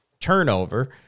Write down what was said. turnover